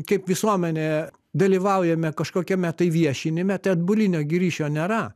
kaip visuomenė dalyvaujame kažkokiame tai viešinime tai atbulinio gi ryšio nėra